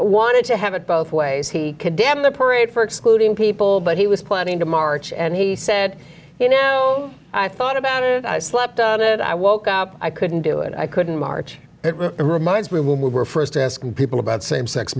wanted to have it both ways he condemned the parade for excluding people but he was planning to march and he said you know i thought about it i slept on it i woke up i couldn't do it i couldn't march it reminds we will move we're first asking people about same sex